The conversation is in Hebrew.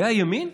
זה הימין?